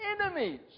enemies